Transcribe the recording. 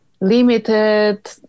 limited